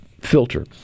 filter